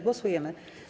Głosujemy.